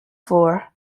for